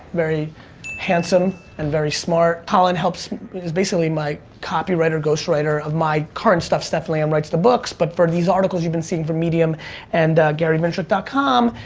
very handsome and very smart, colin helps he's basically my copywriter, ghostwriter of my current stuff, steph um writes the books, but for these articles you've been seeing for medium and garyvaynerchuk dot com